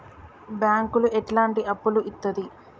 బ్యాంకులు ఎట్లాంటి అప్పులు ఇత్తది?